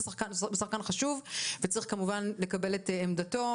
זה שחקן חשוב וצריך כמובן לקבל את עמדתו